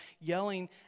yelling